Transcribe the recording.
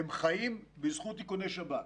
הם חיים בזכות איכוני שב"כ.